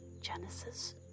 Genesis